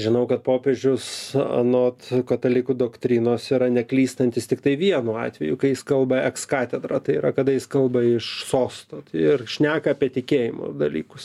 žinau kad popiežius anot katalikų doktrinos yra neklystantis tiktai vienu atveju kai jis kalba eks katedra tai kada jis kalba iš sosto ir šneka apie tikėjimo dalykus